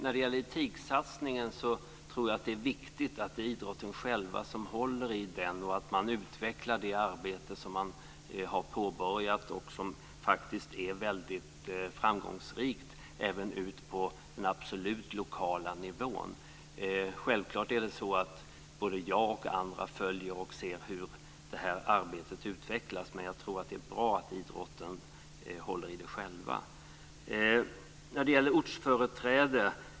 Fru talman! Jag tror att det är viktigt att det är idrotten själv som håller i etiksatsningen och att man utvecklar det arbete som man har påbörjat och som är väldigt framgångsrikt, även på den lokala nivån. Både jag och andra följer arbetet för att se hur det utvecklas, men det är bra om idrotten själv håller i det.